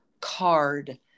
card